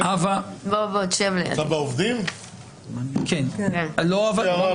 עובדים לא רוצים לבוא,